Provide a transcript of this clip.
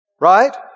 Right